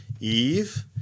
Eve